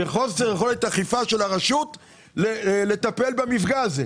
וחוסר יכולת אכיפה של הרשות על טיפול במפגע הזה.